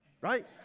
right